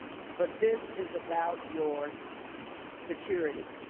but this is about your security.